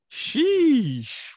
sheesh